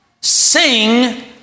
sing